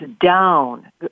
down